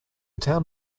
town